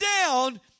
down